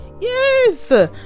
Yes